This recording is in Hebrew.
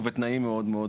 ובתנאים מאוד מאוד